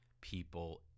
people